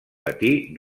patir